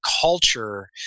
culture